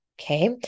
okay